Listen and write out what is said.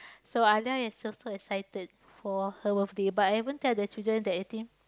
so Alia so excited for her birthday but I haven't tell the children that eighteen